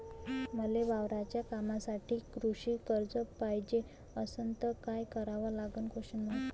मले वावराच्या कामासाठी कृषी कर्ज पायजे असनं त काय कराव लागन?